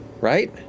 Right